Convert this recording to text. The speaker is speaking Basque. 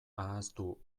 ahaztu